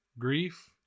grief